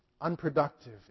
Unproductive